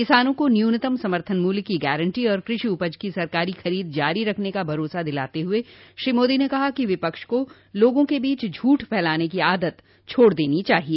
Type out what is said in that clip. किसानों को न्यूनतम समर्थन मूल्य की गारंटी और कृषि उपज की सरकारी खरीद जारी रखने का भरोसा दिलाते हुए श्री मोदी ने कहा कि विपक्ष को लोगों के बीच झूठ फैलाने की आदत छोड़ देनी चाहिए